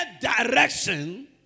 direction